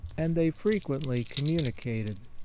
and they frequently communicated.